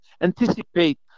anticipate